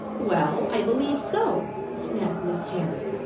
well, i believe so, snapped miss terry,